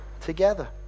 together